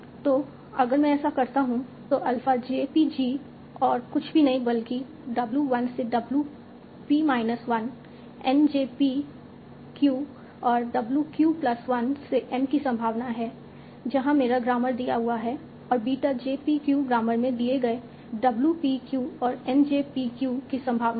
तो अगर मैं ऐसा करता हूं तो अल्फ़ा j p g और कुछ भी नहीं बल्कि W 1 से W p minus 1 N j p q और W q प्लस 1 से m की संभावना है जहां मेरा ग्रामर दिया हुआ है और beta j p q grammar में दिए गए W p q और N j p q की संभावना है